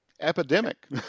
epidemic